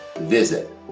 visit